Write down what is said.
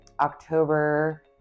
October